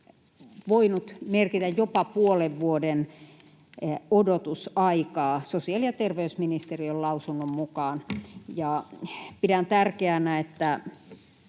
voinut merkitä jopa puolen vuoden odotusaikaa sosiaali‑ ja terveysministeriön lausunnon mukaan. Pidän tärkeänä, että